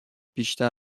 بیشتر